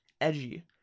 edgy